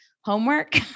homework